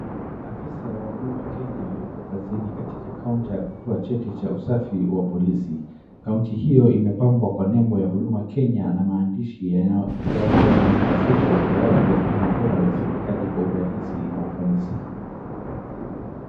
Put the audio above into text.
Afisa wa Huduma Kenya yuko kazini katika kaunta ya kutoa cheti cha usafi wa polisi. Kaunta hiyo imepambwa kwa nembo ya Huduma Kenya na maandishi yanayohamashisha utoaji wa huduma bora za serikali kwa urahisi na ufanisi.